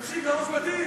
תפסיק להרוס בתים.